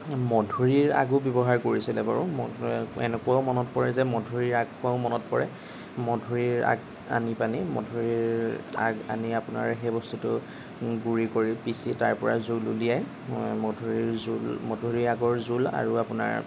মধুৰিৰ আগো ব্যৱহাৰ কৰিছিলে বাৰু এনেকুৱাও মনত পৰে যে মধুৰিৰ আগ খোৱাও মনত পৰে মধুৰিৰ আগ আনি পানি মধুৰিৰ আগ আনি আপোনাৰ সেই বস্তুটো গুড়ি কৰি পিচি তাৰপৰা জোল উলিয়াই মধুৰিৰ জোল মধুৰিৰ আগৰ জোল আৰু আপোনাৰ